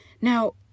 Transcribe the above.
now